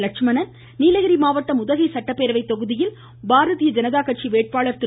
லட்சுமணன் நீலகிரி மாவட்டம் உதகை சட்டப்பேரவைத் தொகுதியில் பாரதிய ஜனதா கட்சி வேட்பாளர் திரு